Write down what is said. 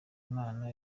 imana